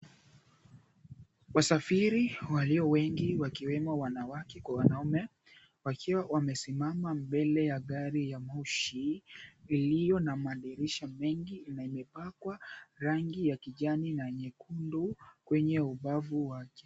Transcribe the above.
Wasafiri walio wengi wakiwemo wanawake kwa wanaume wakiwa wamesimama mbele ya gari ya moshi iliyo na madirisha mengi yamepakwa rangi ya kijani na nyekundu kwenye ubavu wake.